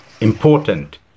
Important